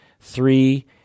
Three